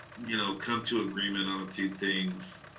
you know, come to agreement on a few things.